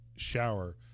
shower